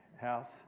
house